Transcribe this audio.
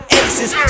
aces